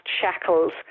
shackles